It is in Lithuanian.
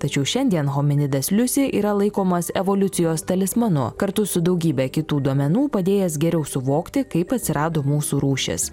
tačiau šiandien hominidas liusi yra laikomas evoliucijos talismanu kartu su daugybe kitų duomenų padėjęs geriau suvokti kaip atsirado mūsų rūšis